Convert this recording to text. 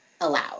allowed